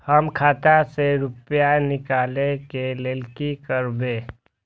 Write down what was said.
हम खाता से रुपया निकले के लेल की करबे?